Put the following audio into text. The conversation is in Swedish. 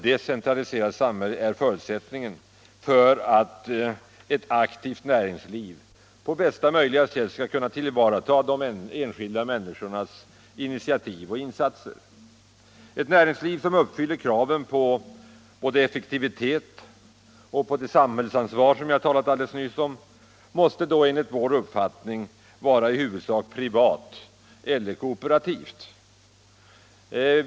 Det är förutsättningen för att ett aktivt näringsliv på bästa möjliga sätt skall kunna tillvarata de enskilda människornas initiativ och insatser. Ett näringsliv som uppfyller kraven på både effektivitet och på det samhällsansvar som jag nyss talade om måste då enligt vår uppfattning vara i huvudsak privat eller kooperativt.